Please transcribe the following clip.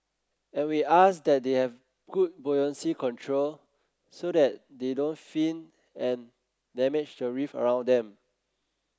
and we ask that they have good buoyancy control so they they don't fin and damage the reef around them